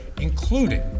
including